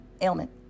ailment